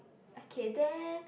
okay then